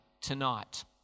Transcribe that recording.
tonight